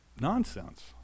nonsense